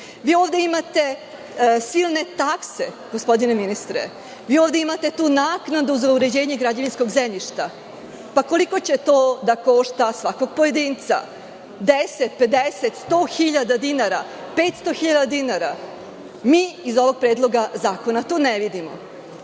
Vi ovde imate silne takse, gospodine ministre. Vi ovde imate tu naknadu za uređenje građevinskog zemljišta. Koliko će to da košta svakog pojedinca, 10, 50, 100, 500 hiljada dinara? Mi iz ovog predloga zakona to ne vidimo.